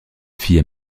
fille